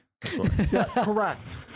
Correct